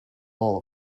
all